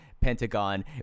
pentagon